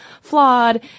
flawed